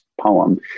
poem